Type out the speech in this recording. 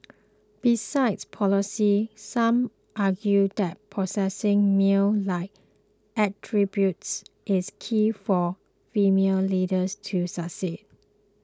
besides policies some argue that possessing male like attributes is key for female leaders to succeed